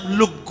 look